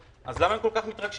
אז למה הם כל כך מתרגשים,